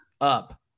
up